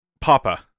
Papa